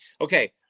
okay